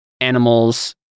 animals